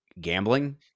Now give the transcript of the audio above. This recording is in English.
gambling